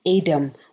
Adam